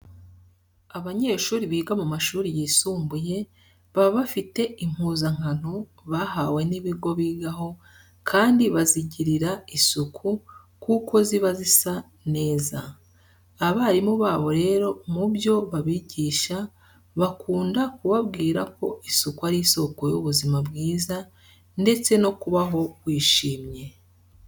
Abanyeshuri biga mu mashuri yisumbuye baba bafite impuzankano bahawe n'ibigo bigaho kandi bazigirira isuku kuko ziba zisa neza. Abarimu babo rero mu byo babigisha bakunda kubabwira ko isuku ari isoko y'ubuzima bwiza ndetse no kubaho wishimye.